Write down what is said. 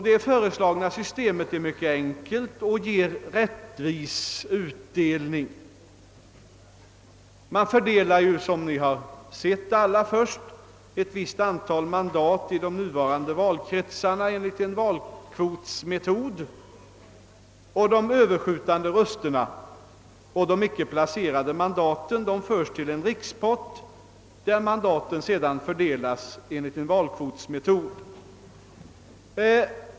Det föreslagna systemet var mycket enkelt och skulle ge rättvis utdelning: man skulle, som alla sett, först fördela ett visst antal mandat i de nuvarande valkretsarna enligt en valkvotsmetod, och de överskjutande rösterna och de icke placerade mandaten skulle föras till en rikspott, där mandaten sedan fördelas enligt en valkvotsmetod.